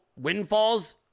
windfalls